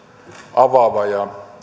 avaava ja